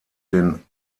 den